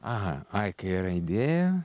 aha ai kai yra idėja